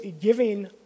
giving